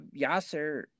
Yasser